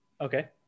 okay